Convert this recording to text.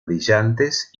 brillantes